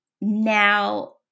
now